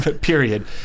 period